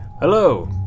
Hello